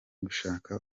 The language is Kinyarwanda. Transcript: gushaka